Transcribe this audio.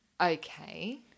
Okay